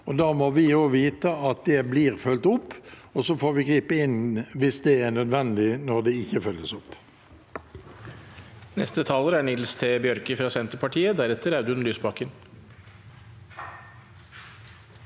Da må vi vite at det blir fulgt opp. Så får vi gripe inn – hvis det er nødvendig – når det ikke følges opp.